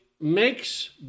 makes